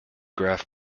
graph